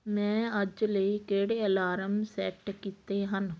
ਮੈਂ ਅੱਜ ਲਈ ਕਿਹੜੇ ਅਲਾਰਮ ਸੈੱਟ ਕੀਤੇ ਹਨ